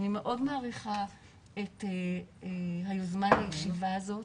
אני מאוד מעריכה את היוזמה לישיבה הזאת